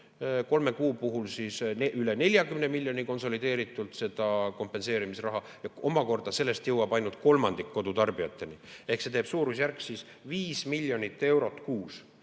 kolme kuu puhul üle 40 miljoni konsolideeritult seda kompenseerimisraha ja sellest jõuab ainult kolmandik kodutarbijateni. Ehk see teeb suurusjärgus 5 miljonit eurot kuus.